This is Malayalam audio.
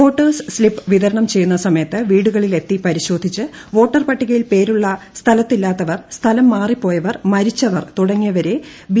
വോട്ടേഴ്സ് സ്ലിപ്പ് വിതരണം ചെയ്യുന്ന സമയത്ത് വീടുകളിലെത്തി പരിശോധിച്ച് വോട്ടർപട്ടികയിൽ പേരുള്ള സ്ഥലത്തില്ലാത്തവർ സ്ഥലം മാറിയപ്പോയവർ മരിച്ചവർ തുടങ്ങിയവരെ ബി